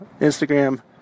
instagram